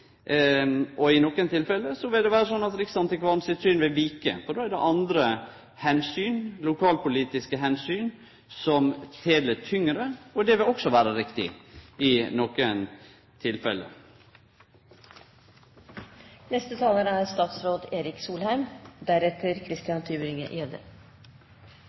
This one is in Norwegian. I nokre tilfelle vil det vere slik at riksantikvaren sitt syn vil vike, for då er det andre omsyn – lokalpolitiske omsyn – som veg tyngre, og det vil også vere riktig i